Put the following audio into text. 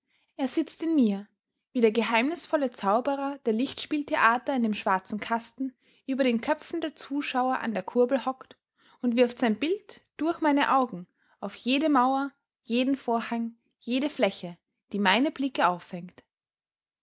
er sitzt in mir wie der geheimnisvolle zauberer der lichtspieltheater in dem schwarzen kasten über den köpfen der zuschauer an der kurbel hockt und wirft sein bild durch meine augen auf jede mauer jeden vorhang jede fläche die meine blicke auffängt